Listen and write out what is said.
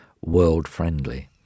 world-friendly